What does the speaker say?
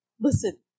Listen